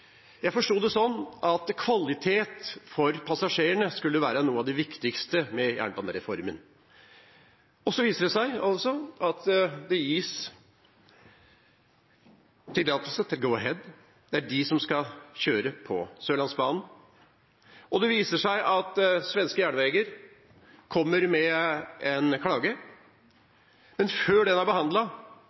Jeg forsto det sånn at kvalitet for passasjerene skulle være noe av det viktigste med jernbanereformen. Så viser det seg altså at det gis tillatelse til Go-Ahead, at det er de som skal kjøre på Sørlandsbanen. Det viser seg at SJ kommer med en klage. Men før den er